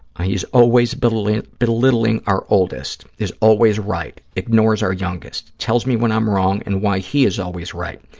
he is always belittling belittling our oldest, is always right, ignores our youngest, tells me when i'm wrong and why he is always right,